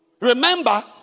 Remember